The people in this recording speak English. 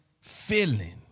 feeling